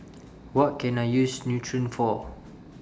What Can I use Nutren For